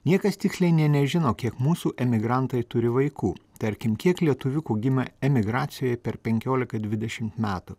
niekas tiksliai nė nežino kiek mūsų emigrantai turi vaikų tarkim kiek lietuviukų gimė emigracijoj per penkiolika dvidešim metų